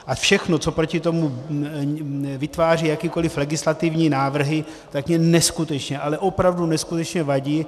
A všechno, co proti tomu vytváří jakékoli legislativní návrhy, tak mně neskutečně, ale opravdu neskutečně vadí.